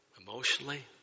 emotionally